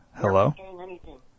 Hello